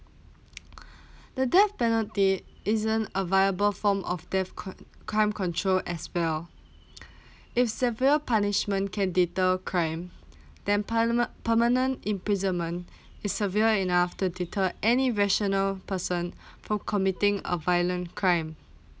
the death penalty isn't a viable form of death cr~ crime control as well if severe punishment can deter crime then parlimen~ permanent imprisonment is severe enough to deter any rational person for committing a violent crime